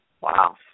Wow